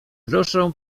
proszę